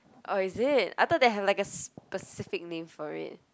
oh is it I thought they have like a specific name for it